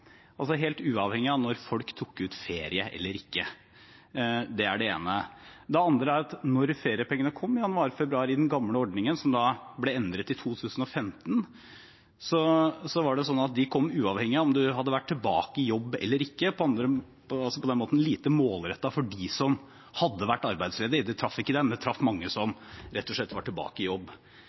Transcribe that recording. altså helt uavhengig av når folk tok ut ferie eller om de ikke gjorde det. Det er det ene. Det andre er at når feriepengene kom i januar/februar i den gamle ordningen, som ble endret i 2015, var det sånn at de kom uavhengig av om man hadde vært tilbake i jobb eller ikke, altså på den måten lite målrettet for dem som hadde vært arbeidsledige. Det traff ikke dem, det traff mange som rett og slett var tilbake i jobb.